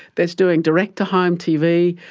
that's doing direct-to-home tv,